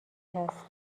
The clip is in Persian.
هست